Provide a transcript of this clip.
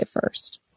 first